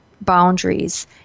boundaries